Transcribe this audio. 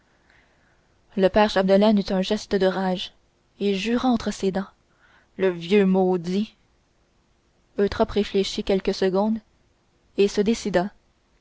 le père chapdelaine eut un geste de rage et jura entre ses dents le vieux maudit eutrope réfléchit quelques secondes et se décida